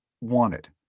wanted